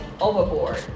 overboard